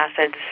acids